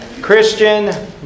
Christian